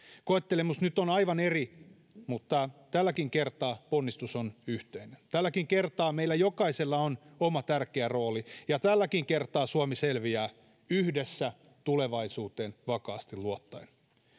koettelemus nyt on aivan eri mutta tälläkin kertaa ponnistus on yhteinen tälläkin kertaa meillä jokaisella on oma tärkeä rooli ja tälläkin kertaa suomi selviää yhdessä tulevaisuuteen vakaasti luottaen